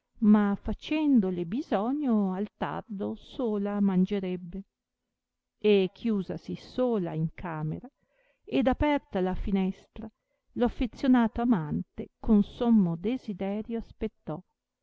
ma facendole bisogno al tardo sola mangerebbe e chiusasi sola in camera ed aperta la finestra lo affezionato amante con sommo desiderio aspettò